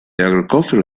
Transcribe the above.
agricultural